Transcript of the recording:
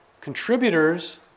Contributors